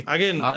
Again